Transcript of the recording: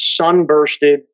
sunbursted